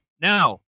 Now